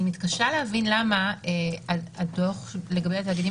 אני מתקשה להבין למה הדוח לגבי התאגידים